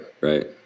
right